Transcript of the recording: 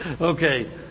Okay